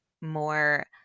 more